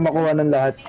but london that